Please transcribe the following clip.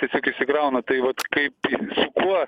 tiesiog išsikrauna tai vat kaip kuo